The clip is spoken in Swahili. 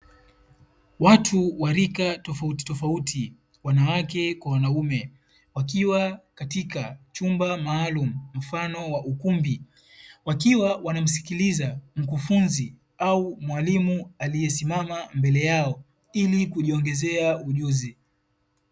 Watu wa rika tofauti tofauti wanawake kwa wanaume, wakiwa katika chumba maalumu mfano wa ukumbi, wakiwa wanamsikiliza mkufunzi au mwalimu aliye simama mbele yao, ili kujiongezea ujuzi.